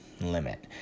limit